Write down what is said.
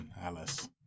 Alice